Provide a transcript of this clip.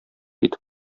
итеп